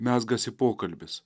mezgasi pokalbis